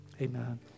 Amen